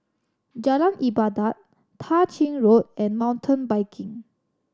Jalan Ibadat Tah Ching Road and Mountain Biking